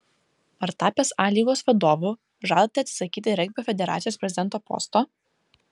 ar tapęs a lygos vadovu žadate atsisakyti regbio federacijos prezidento posto